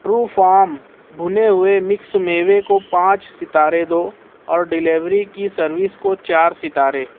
true Farm بھنے ہوئے mix میوے کو پانچ ستارے دو اور ڈیلیوری کی سروس کو چار ستارے